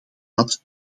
daad